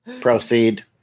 Proceed